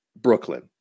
Brooklyn